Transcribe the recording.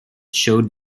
showed